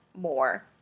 more